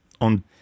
on